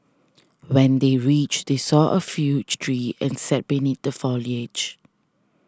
when they reached they saw a huge tree and sat beneath the foliage